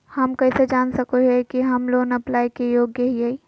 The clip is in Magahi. हम कइसे जान सको हियै कि हम लोन अप्लाई के योग्य हियै?